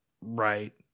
right